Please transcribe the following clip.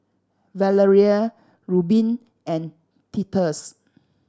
Valeria Reubin and Titus